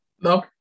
no